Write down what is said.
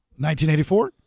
1984